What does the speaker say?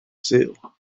sul